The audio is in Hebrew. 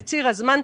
בציר הזמן,